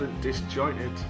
disjointed